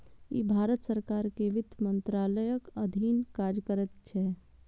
ई भारत सरकार के वित्त मंत्रालयक अधीन काज करैत छै